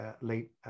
late